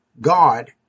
God